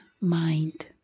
mind